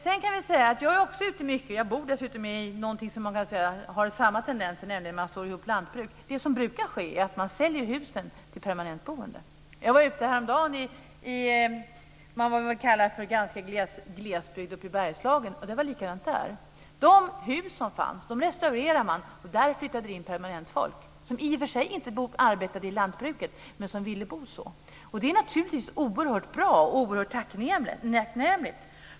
Jag är också ute mycket. Jag bor dessutom i något som man kan säga har samma tendenser som när man slår ihop lantbruk. Det som brukar ske är att man säljer husen till permanentboende. Jag var ute häromdagen i vad man får kalla för relativ glesbygd, uppe i Bergslagen. Det var likadant där. De hus som fanns restaurerar man, och där flyttar det in permanentfolk, som i och för sig inte arbetar i lantbruket men som vill bo så här. Det är naturligtvis oerhört bra och oerhört tacknämligt.